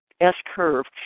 S-curve